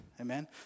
Amen